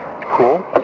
Cool